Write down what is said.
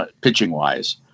pitching-wise